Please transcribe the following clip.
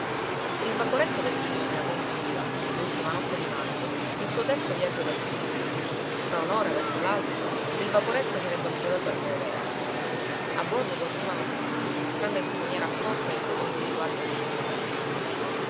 il vaporetto del di nica compiva l'ultima notte di maggio il suo terzo viaggio da tunisi fra un'ora verso l'alba il vaporetto sarebbe approdato al molo vecchio a bordo dormivano tutti tranne il timoniere a poppa e il secondo di guardia sul ponte di comando